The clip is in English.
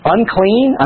Unclean